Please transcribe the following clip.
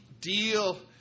deal